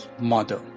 Mother